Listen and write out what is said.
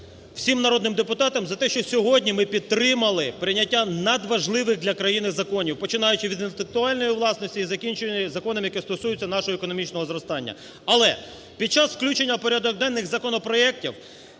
всім народним депутатами за те, що сьогодні ми підтримали прийняття надважливих для країни законів, починаючи від інтелектуальної власності і закінчуючи законом, який стосується нашого економічного зростання. Але під час включення у порядок денний законопроектів